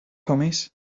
homies